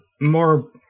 More